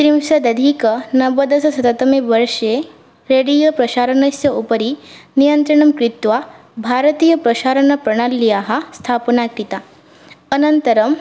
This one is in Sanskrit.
त्रिंशत् अधिकनवदशशततमे वर्षे रेडियोप्रसारणस्य उपरि नियन्त्रणं कृत्वा भारतीयप्रसारणप्रणाल्याः स्थापना कृता अनन्तरं